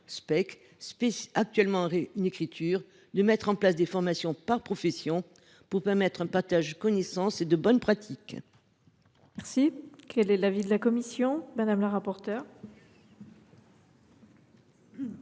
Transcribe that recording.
Spec, actuellement en écriture, de mettre en place des formations par profession pour permettre un partage de connaissances et de bonnes pratiques. Quel est l’avis de la commission ? Le présent